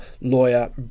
Lawyer